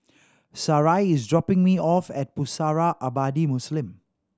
Sarai is dropping me off at Pusara Abadi Muslim